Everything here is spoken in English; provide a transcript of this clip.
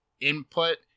input